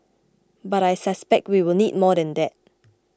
but I suspect we will need more than that